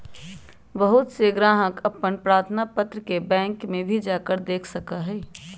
बहुत से ग्राहक अपन प्रार्थना पत्र के बैंक में भी जाकर दे सका हई